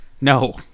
no